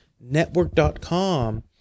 Network.com